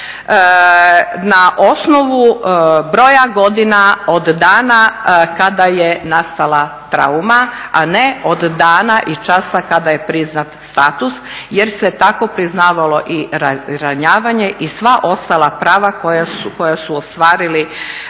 na osnovu broja godina od dana kada je nastala trauma, a ne od dana i časa kada je priznat status jer se tako priznavalo i ranjavanje i sva ostala prava koja su ostvarili